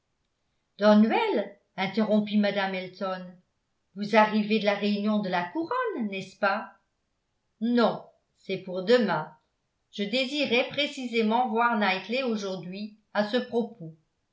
donwell interrompit mme elton vous arrivez de la réunion de la couronne n'est-ce pas non c'est pour demain je désirais précisément voir knightley aujourd'hui à ce propos